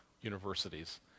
universities